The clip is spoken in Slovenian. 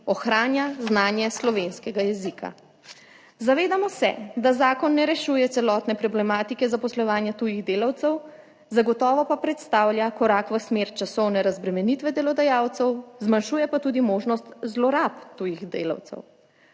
ohranja znanje slovenskega jezika. Zavedamo se, da zakon ne rešuje celotne problematike zaposlovanja tujih delavcev, zagotovo pa predstavlja korak v smer časovne razbremenitve delodajalcev, zmanjšuje pa tudi možnost zlorab tujih delavcev.